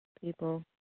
people